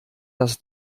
das